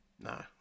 No